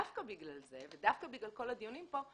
דווקא בגלל זה ודווקא בגלל כל הדיונים פה,